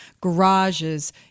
garages